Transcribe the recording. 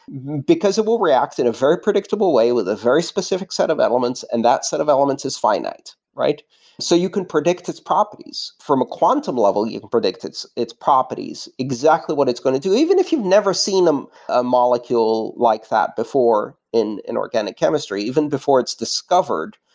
because it will react in a very predictable way with a very specific set of elements, and that set of elements is finite. so you can predict its properties. from a quantum level, you can predict it's properties, exactly what it's going to do, even if you've never seen um a molecule like that before in inorganic chemistry, even before it's discovered,